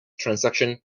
transaction